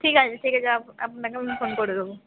ঠিক আছে ঠিক আছে আপনাকে আমি ফোন করে দেবো